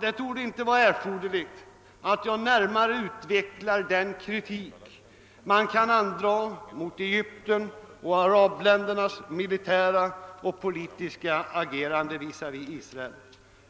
Det torde inte vara erforderligt att jag närmare utvecklar den kritik, som man kan rikta mot Egyptens och övriga arabländers militära och politiska agerande visavi Israel.